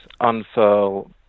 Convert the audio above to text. unfurl